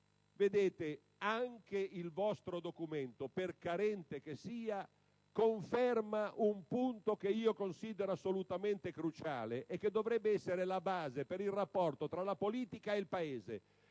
colleghi, anche il vostro documento, per carente che sia, conferma un punto che io considero assolutamente cruciale e che dovrebbe essere la base per il rapporto tra la politica e il Paese